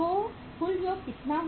तो कुल योग कितना है